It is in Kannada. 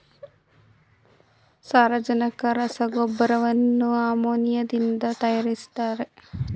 ಸಾರಜನಕ ರಸಗೊಬ್ಬರಗಳನ್ನು ಅಮೋನಿಯಾದಿಂದ ತರಯಾರಿಸ್ತರೆ